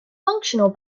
functional